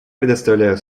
предоставляю